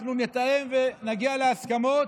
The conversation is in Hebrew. אנחנו נתאם ונגיע להסכמות.